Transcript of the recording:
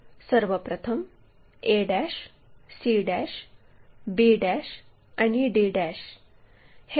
सर्व प्रथम a c b आणि d हे खाली प्रोजेक्ट करावे